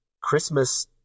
Christmas